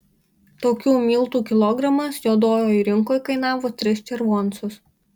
tokių miltų kilogramas juodojoj rinkoj kainavo tris červoncus